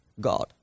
God